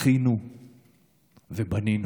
בכינו ובנינו.